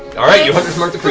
all right, you hunter's mark